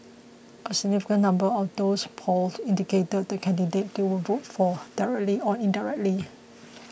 a significant number of those polled indicated the candidate they would vote for directly or indirectly